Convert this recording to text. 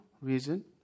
reason